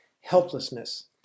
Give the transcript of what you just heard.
helplessness